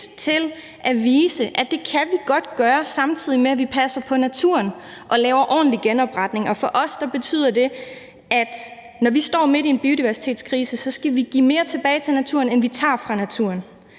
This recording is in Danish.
til at vise, at det kan vi godt gøre, samtidig med at vi passer på naturen og laver ordentlig genopretning. Og for os i SF betyder det, at når vi står midt i en biodiversitetskrise, skal vi give mere tilbage til naturen, end vi tager fra naturen.